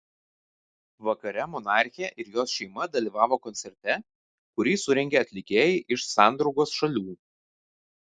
vakare monarchė ir jos šeima dalyvavo koncerte kurį surengė atlikėjai iš sandraugos šalių